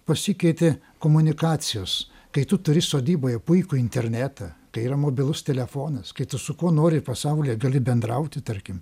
pasikeitė komunikacijos kai tu turi sodyboje puikų internetą kai yra mobilus telefonas kai tu su kuo nori pasaulyje gali bendrauti tarkim